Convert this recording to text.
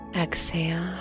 exhale